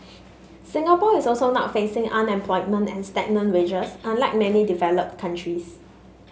Singapore is also not facing unemployment and stagnant wages unlike many developed countries